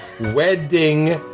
wedding